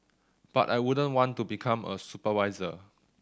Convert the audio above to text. but I wouldn't want to become a supervisor